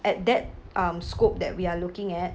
at that um scope that we are looking at